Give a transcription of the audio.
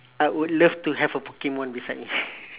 I would love to have a pokemon beside me